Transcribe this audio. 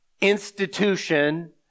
institution